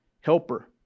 helper